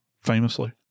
famously